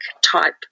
type